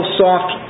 soft